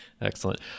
Excellent